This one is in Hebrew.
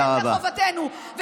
בהתאם לחובתנו.